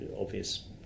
obvious